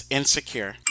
Insecure